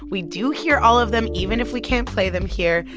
we do hear all of them even if we can't play them here.